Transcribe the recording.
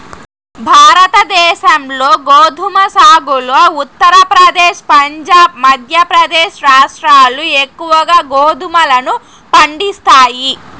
భారతదేశంలో గోధుమ సాగులో ఉత్తరప్రదేశ్, పంజాబ్, మధ్యప్రదేశ్ రాష్ట్రాలు ఎక్కువగా గోధుమలను పండిస్తాయి